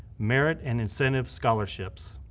merit and incentive scholarships.